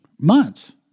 months